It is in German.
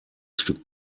stück